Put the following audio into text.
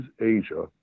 Asia